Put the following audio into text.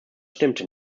stimmte